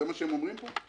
זה מה שהם אומרים פה?